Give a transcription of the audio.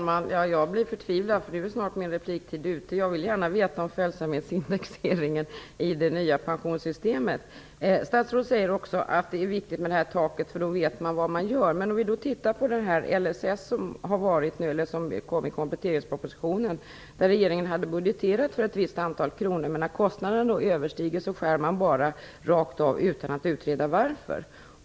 Fru talman! Jag blir förtvivlad för att min repliktid snart är slut. Jag vill gärna få veta mera om följsamhetsindexeringen i det nya pensionssystemet. Statsrådet säger att taket är viktigt och att man skall veta vad man gör. När det gäller LSS hade regeringen i kompletteringspropositionen, budgeterat ett visst antal kronor. När kostnaden sedan överstiger den budgeterade kostnaden skär man bara rakt av, utan att utreda varför.